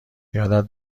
یادت